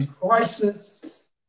crisis